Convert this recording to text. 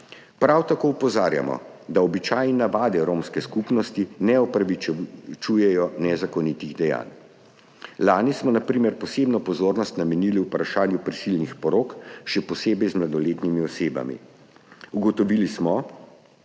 Prav tako opozarjamo, da običaji in navade romske skupnosti ne opravičujejo nezakonitih dejanj. Lani smo, na primer, posebno pozornost namenili vprašanju prisilnih porok, še posebej z mladoletnimi osebami. Ugotovili smo,